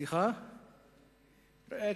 צפון תל-אביב.